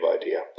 idea